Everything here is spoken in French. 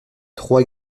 trois